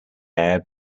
air